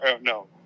No